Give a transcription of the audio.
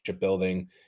building